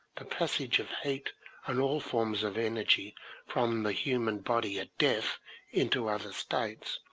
the passage of heat and all forms of energy from the human body at death into other states,